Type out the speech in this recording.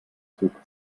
zog